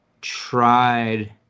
tried